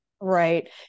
Right